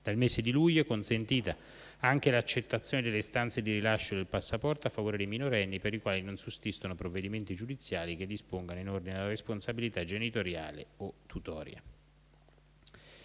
Dal mese di luglio è consentita anche l'accettazione delle istanze di rilascio del passaporto a favore dei minorenni, per i quali non sussistono provvedimenti giudiziari che dispongano in ordine alla responsabilità genitoriale o tutoria.